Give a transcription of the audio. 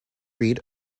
read